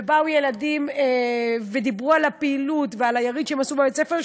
ובאו ילדים ודיברו על הפעילות ועל היריד שהם עשו בבית-הספר,